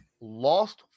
lost